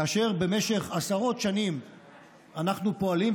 כאשר במשך עשרות שנים אנחנו פועלים,